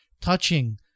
touching